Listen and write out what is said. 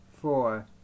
Four